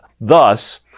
thus